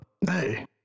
hey